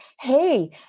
hey